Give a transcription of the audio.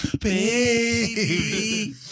Baby